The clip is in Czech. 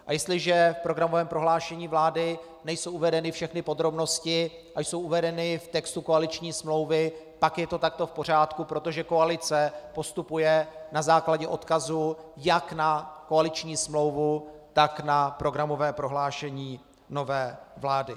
A jestliže v programovém prohlášení vlády nejsou uvedeny všechny podrobnosti a jsou uvedeny v textu koaliční smlouvy, pak je to takto v pořádku, protože koalice postupuje na základě odkazu jak na koaliční smlouvu, tak na programové prohlášení nové vlády.